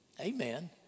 Amen